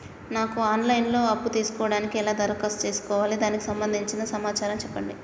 నాకు online లో అప్పు తీసుకోవడానికి ఎలా దరఖాస్తు చేసుకోవాలి దానికి సంబంధించిన సమాచారం చెప్పండి?